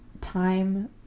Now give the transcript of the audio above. time